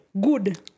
good